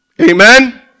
Amen